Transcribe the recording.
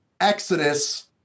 exodus